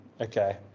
Okay